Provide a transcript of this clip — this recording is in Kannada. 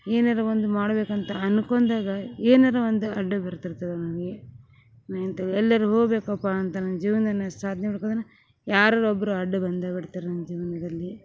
ಏನಾರ ಒಂದು ಮಾಡ್ಬೇಕು ಅಂತ ಅನ್ಕೊಂಡಾಗ ಏನಾರ ಒಂದು ಅಡ್ಡ ಬರ್ತಿರ್ತವೆ ನನಗೆ ನಾ ಎಂತರು ಎಲ್ಲರು ಹೋಗ್ಬೇಕಪ್ಪ ಅಂತ ನನ್ನ ಜೀವ್ನನ ಸಾಧ್ನೆ ಮಾಡ್ಬೇಕಂದರೆ ಯಾರಾರ ಒಬ್ಬರು ಅಡ್ಡ ಬಂದೇ ಬರ್ತಾರೆ ನನ್ನ ಜೀವನದಲ್ಲಿ